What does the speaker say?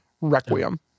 Requiem